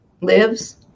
lives